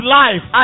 life